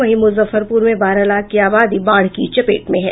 वहीं मुजफ्फरपुर में बारह लाख की आबादी बाढ़ की चपेट में हैं